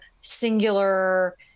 singular